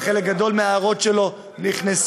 וחלק גדול מההערות שלו נכנסו,